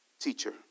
teacher